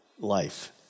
Life